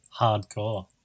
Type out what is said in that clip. hardcore